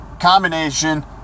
combination